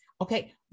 Okay